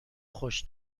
خوش